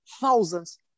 thousands